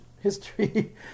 history